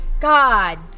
God